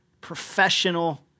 professional